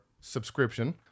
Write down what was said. subscription